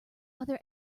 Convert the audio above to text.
other